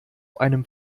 einem